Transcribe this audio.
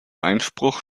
einspruch